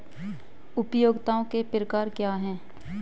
उपयोगिताओं के प्रकार क्या हैं?